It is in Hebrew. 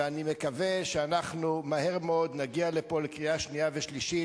ואני מקווה שאנחנו מהר מאוד נגיע לפה לקריאה שנייה ושלישית,